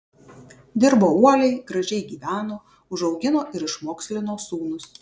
dirbo uoliai gražiai gyveno užaugino ir išmokslino sūnus